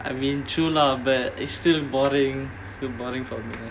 I mean true lah but it's still boring it's too boring for me